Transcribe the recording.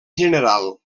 general